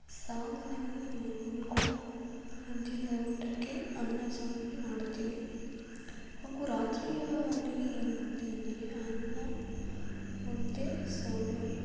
ಸಾಮಾನ್ಯವಾಗಿ ನಾವು ಯಾವಾಗಲೂ ಕೂಡ ಮಧ್ಯಾಹ್ನದ ಊಟಕ್ಕೆ ಅನ್ನ ಸಾಂಬಾರೆ ಮಾಡ್ತೀವಿ ಹಾಗು ರಾತ್ರಿಯ ಅಡುಗೆ ಏನು ಮಾಡ್ತೇವೆ ಅಂದರೆ ಅನ್ನ ಮುದ್ದೆ ಸಾಂಬಾರ್